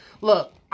Look